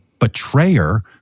betrayer